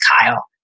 Kyle